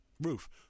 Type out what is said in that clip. roof